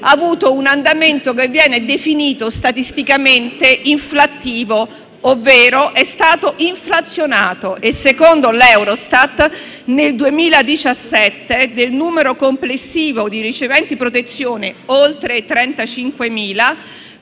ha avuto un andamento che viene definito statisticamente inflattivo, ovvero è stato inflazionato. Secondo l'Eurostat, nel 2017, del numero complessivo di riceventi protezione (oltre 35.000),